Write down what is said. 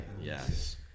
Yes